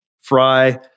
fry